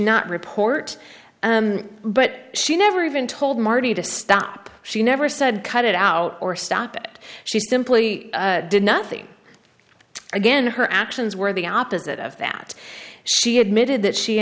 not report but she never even told marty to stop she never said cut it out or stop it she simply did nothing again her actions were the opposite of that she admitted that she